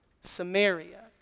Samaria